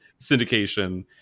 syndication